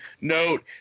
note